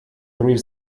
three